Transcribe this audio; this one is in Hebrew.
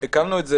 הקמנו את זה